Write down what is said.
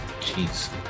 Jeez